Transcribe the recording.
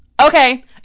Okay